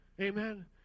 amen